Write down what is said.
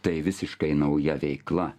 tai visiškai nauja veikla